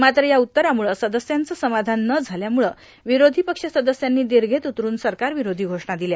मात्र या उत्तरामुळ सदस्यांच समाधान न झाल्यामुळं विरोषी पक्ष सदस्यांनी दीर्षेत ऊतरून सरकारविरोषी घोषणा दिल्या